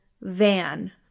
van